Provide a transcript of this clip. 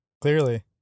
clearly